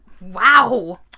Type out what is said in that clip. Wow